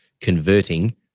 converting